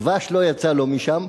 דבש לא יצא לו משם,